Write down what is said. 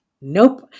Nope